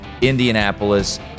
Indianapolis